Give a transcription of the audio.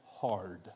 hard